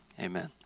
amen